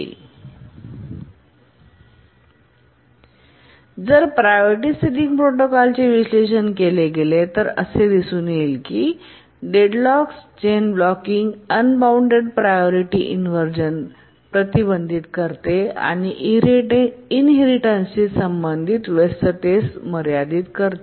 Refer Slide Time 2650 जर priority ceiling प्रोटोकॉलचे विश्लेषण केले गेले तर असे दिसून येते की ते deadlocks chain blocking unbounded priority inversion प्रतिबंधित करते आणि इनहेरिटेन्स शी संबंधित व्यस्ततेस मर्यादित करते